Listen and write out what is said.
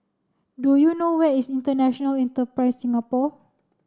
do you know where is International Enterprise Singapore